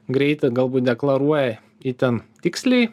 greitį galbūt deklaruoja itin tiksliai